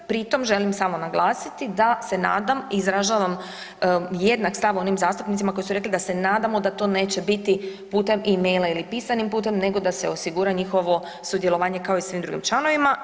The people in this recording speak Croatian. Pri tom želim samo naglasiti da se nadam i izražavam jednak stav onim zastupnicima koji su rekli da se nadamo da to neće biti putem emaila ili pisanim putem nego da se osigura njihovo sudjelovanje kao i svim drugim članovima.